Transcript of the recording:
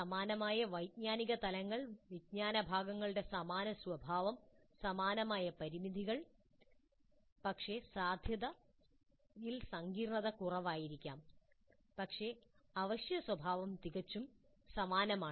സമാനമായ വൈജ്ഞാനിക തലങ്ങൾ വിജ്ഞാന വിഭാഗങ്ങളുടെ സമാന സ്വഭാവം സമാനമായ പരിമിതികൾ സന്ദർഭവും സമാനമാണ് ചുമതലയും സമാനമാണ് പക്ഷേ സാധ്യതയിൽ സങ്കീർണ്ണത കുറവായിരിക്കാം പക്ഷേ അവശ്യ സ്വഭാവം തികച്ചും സമാനമാണ്